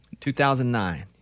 2009